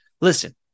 Listen